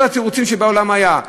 כל התירוצים שבעולם היו.